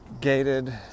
gated